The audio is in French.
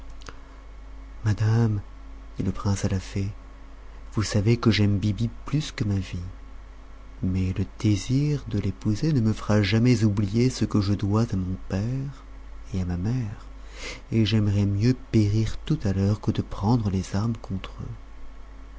madame dit le prince à la fée vous savez que j'aime biby plus que ma vie mais le désir de l'épouser ne me fera jamais oublier ce que je dois à mon père et à ma mère et j'aimerais mieux périr tout à l'heure que de prendre les armes contre eux